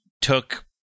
took